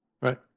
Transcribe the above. Right